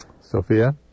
Sophia